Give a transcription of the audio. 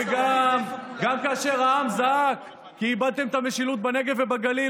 וגם כאשר העם זעק כי איבדתם את המשילות בנגב ובגליל,